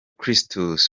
christus